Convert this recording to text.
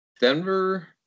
Denver